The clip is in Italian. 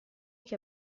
che